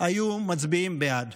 היו מצביעים בעד.